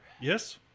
Yes